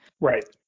Right